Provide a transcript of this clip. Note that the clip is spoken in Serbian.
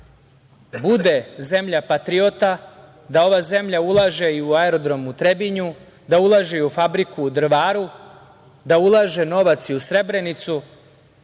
bude zemlja patriota, da ova zemlja ulaže i u Aerodrom u Trebinju, da ulaže i u fabriku u Drvaru, da ulaže novac i u Srebrenicu,